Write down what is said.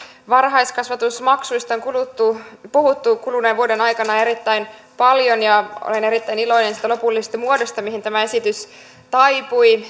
varhaiskasvatusmaksuista on puhuttu kuluneen vuoden aikana erittäin paljon ja olen erittäin iloinen siitä lopullisesta muodosta mihin tämä esitys taipui